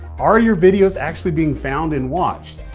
are your videos actually being found and watched?